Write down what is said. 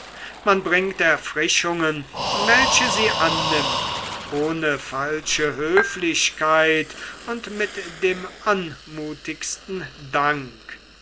man bringt erfrischungen welche sie annimmt ohne falsche höflichkeit und mit dem anmutigsten dank